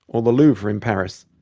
or the louvre in paris.